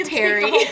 Terry